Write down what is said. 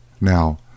Now